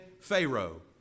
Pharaoh